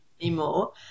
anymore